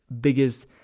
biggest